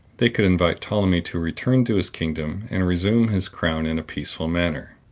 they could invite ptolemy to return to his kingdom and resume his crown in a peaceful manner.